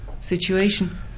situation